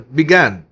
began